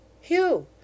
Hugh